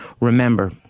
Remember